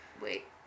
wait